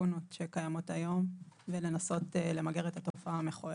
הלאקונות שקיימות היום ולמגר את התופעה המכוערת,